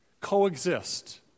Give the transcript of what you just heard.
coexist